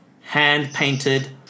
hand-painted